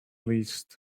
least